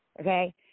okay